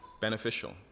Beneficial